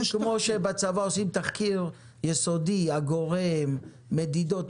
לא כמו בצבא, שעושים תחקיר יסודי, הגורם, מדידות.